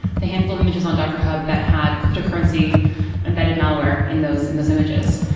the handful images on docker hub that had cryptocurrency embedded malware in those in those images.